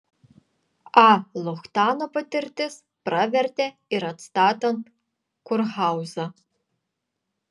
a luchtano patirtis pravertė ir atstatant kurhauzą